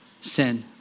Sin